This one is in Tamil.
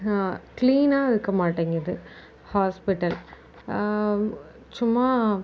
கிளீனாக இருக்க மாட்டேங்கிது ஹாஸ்பிட்டல் சும்மா